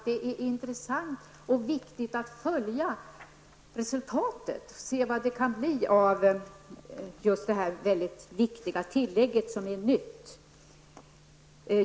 Det är intressant och viktigt att följa resultatet och se vad som händer med det väldigt viktiga tillägg som är nytt.